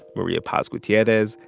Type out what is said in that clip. maria paz gutierrez,